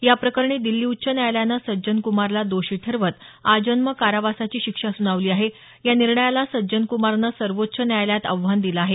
याप्रकरणी दिल्ली उच्च न्यायालयानं सज्जन कुमारला दोषी ठरवत आजन्म कारावासाची शिक्षा सुानवली आहे या निर्णयाला सज्जन कुमारनं सर्वोच्व न्यायालयात आव्हान दिलं आहे